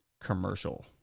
commercial